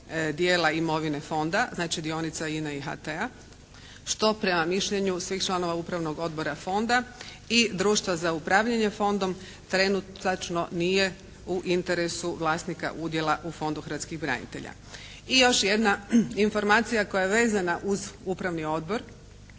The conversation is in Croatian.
dijela imovine Fonda, znači dionica INA-e i HT-a što prema mišljenju svih članova Upravnog odbora Fonda i društva za upravljanje Fondom trenutačno nije u interesu vlasnika udjela u Fondu hrvatskih branitelja. I još jedna informacija koja je vezana uz Upravni odbor